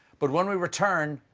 but when we return,